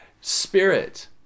spirit